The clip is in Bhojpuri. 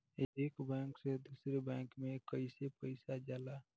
एक बैंक से दूसरे बैंक में कैसे पैसा जाला?